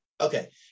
Okay